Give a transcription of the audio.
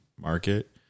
market